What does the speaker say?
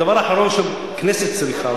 הדבר האחרון שהכנסת צריכה,